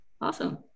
awesome